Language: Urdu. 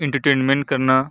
انٹرٹینمنٹ کرنا